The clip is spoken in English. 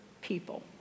people